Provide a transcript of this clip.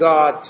God